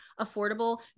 affordable